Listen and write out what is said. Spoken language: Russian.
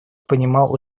понимал